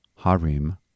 Harim